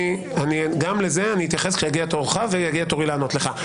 גם לזה אני אתייחס כשיגיע תורך ויגיע תורי לענות לך.